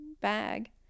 bag